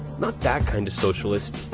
not that kind of socialist,